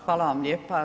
Hvala vam lijepa.